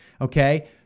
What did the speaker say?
Okay